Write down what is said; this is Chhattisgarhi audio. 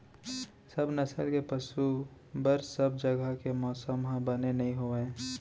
सब नसल के पसु बर सब जघा के मौसम ह बने नइ होवय